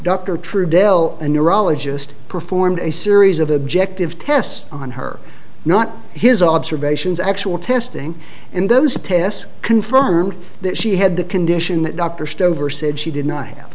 dr true del a neurologist performed a series of objective tests on her not his observations actual testing and those tests confirmed that she had the condition that dr stover said she did not have